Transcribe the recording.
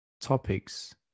topics